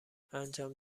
انجام